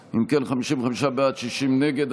אם כן, 55 בעד, 60 נגד.